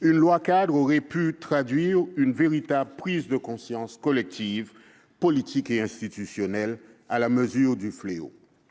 Une loi-cadre aurait pu traduire une véritable prise de conscience collective, politique et institutionnelle à la mesure du fléau.